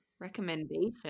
Recommendation